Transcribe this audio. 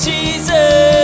Jesus